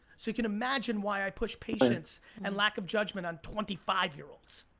so you can imagine why i push patience and lack of judgment on twenty five year olds.